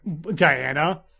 Diana